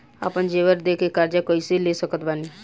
आपन जेवर दे के कर्जा कइसे ले सकत बानी?